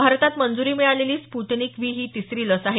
भारतात मंजूरी मिळालेली स्पूटनिक व्ही ही तिसरी लस आहे